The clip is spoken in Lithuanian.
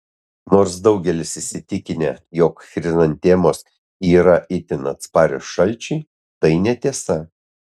nors daugelis įsitikinę jog chrizantemos yra itin atsparios šalčiui tai netiesa